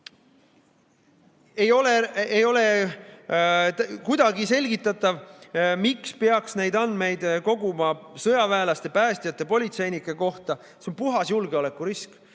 Ei ole kuidagi selgitatav, miks peaks neid andmeid koguma sõjaväelaste, päästjate, politseinike kohta. See on puhas julgeolekurisk.